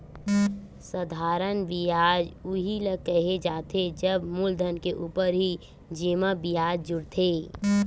साधारन बियाज उही ल केहे जाथे जब मूलधन के ऊपर ही जेमा बियाज जुड़थे